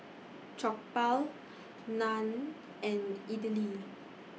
Jokbal Naan and Idili